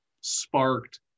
sparked